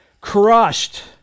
crushed